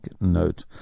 note